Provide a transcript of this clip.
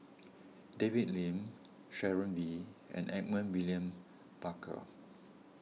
David Lim Sharon Wee and Edmund William Barker